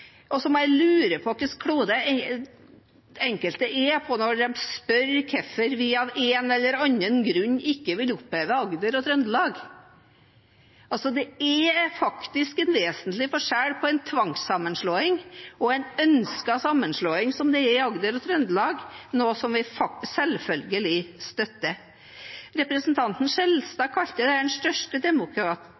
Jeg lurer på hvilken klode enkelte er på når de spør hvorfor vi av en eller annen grunn ikke vil oppheve Agder og Trøndelag. Det er faktisk en vesentlig forskjell på en tvangssammenslåing og en ønsket sammenslåing, som det er i Agder og Trøndelag, noe vi selvfølgelig støtter. Representanten Skjelstad kalte dette den største